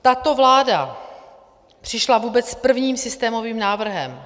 Tato vláda přišla s vůbec prvním systémovým návrhem.